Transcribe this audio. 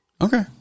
Okay